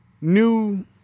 new